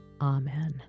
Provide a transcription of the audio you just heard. Amen